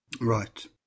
Right